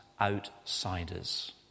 outsiders